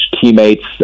teammates